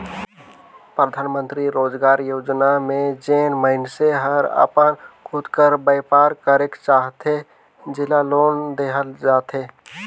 परधानमंतरी रोजगार योजना में जेन मइनसे हर अपन खुद कर बयपार करेक चाहथे जेला लोन देहल जाथे